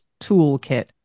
toolkit